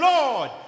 Lord